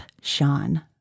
Sean